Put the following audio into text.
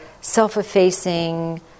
self-effacing